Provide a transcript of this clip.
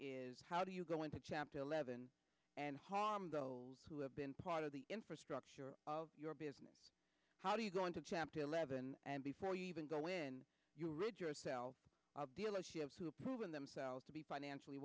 is how do you go into chapter eleven and harm those who have been part of the infrastructure of your business how do you go into chapter eleven and before you even go when you read your cell dealerships who are proven themselves to be financially